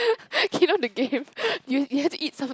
you know the game you you have to eat some